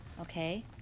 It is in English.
Okay